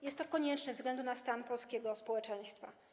Jest to konieczne ze względu na stan polskiego społeczeństwa.